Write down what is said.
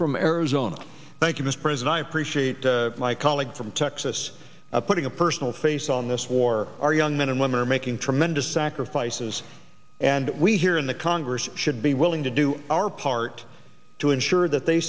from arizona thank you this prison i appreciate my colleague from texas putting a personal face on this war our young men and women are making tremendous sacrifices and we here in the congress should be willing to do our part to ensure that they